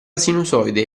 sinusoide